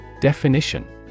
Definition